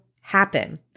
happen